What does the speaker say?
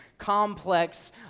complex